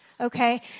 Okay